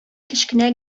кечкенә